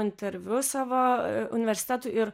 interviu savo universitetų ir